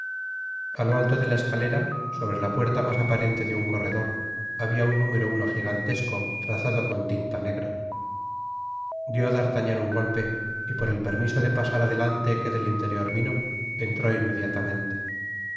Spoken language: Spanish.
a lo alto de la escalera sobre la puerta mas aparente de un corredor había un número uno gigantesco trazado con tinta negra dió d'artagnan un golpe y por el permiso de pasar adelante que del interior vino entró inmediatamente